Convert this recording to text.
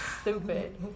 Stupid